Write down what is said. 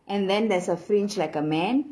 and then there's a fringe like a man